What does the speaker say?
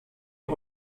den